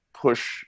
push